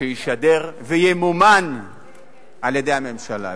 שישדר וימומן על-ידי הממשלה,